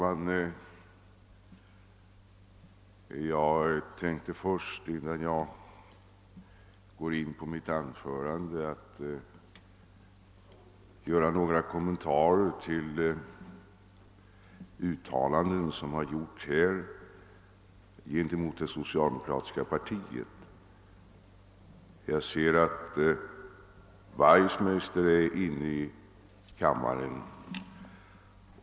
Herr talman! Innan jag går in på mitt anförande tänker jag först göra några kommentarer till de uttalanden som gjorts här gentemot det socialdemokratiska partiet. Jag ser att herr Wachtmeister är inne i kammaren.